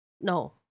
No